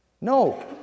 No